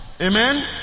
Amen